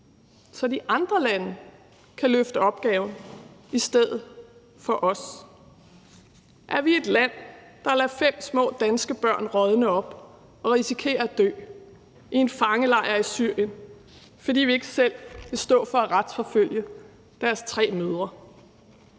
så de andre lande kan løfte opgaven i stedet for os? Er vi et land, der lader fem små danske børn rådne op og risikere at dø i en fangelejr i Syrien, fordi vi ikke selv vil stå for at retsforfølge deres tre mødre?